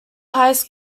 highest